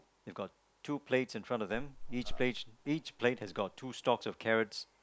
they got two plates in front of them each plate each plate has got two stocks of carrots